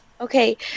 Okay